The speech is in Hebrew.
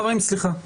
חברים, סליחה.